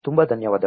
ತುಂಬ ಧನ್ಯವಾದಗಳು